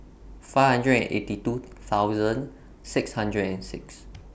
five hundred and eighty two thousand six hundred and six